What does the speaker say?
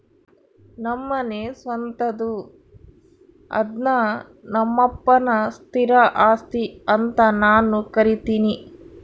ನಮ್ಮನೆ ಸ್ವಂತದ್ದು ಅದ್ನ ನಮ್ಮಪ್ಪನ ಸ್ಥಿರ ಆಸ್ತಿ ಅಂತ ನಾನು ಕರಿತಿನಿ